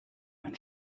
ein